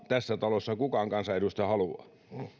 tässä talossa kukaan kansanedustaja haluaa